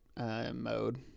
mode